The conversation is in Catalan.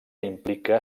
implica